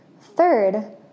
Third